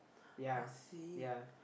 ya ya